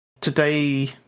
today